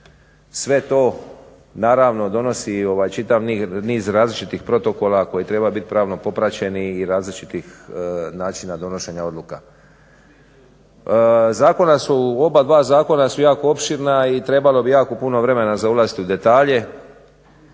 Sve to donosi čitav niz različitih protokola koji treba pravno popraćeni i različitih načina donošenja odluka. Obadva zakona su jako opširna i trebalo bi jako puno vremena za ulaziti u detalje.